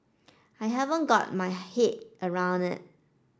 I haven't got my head around it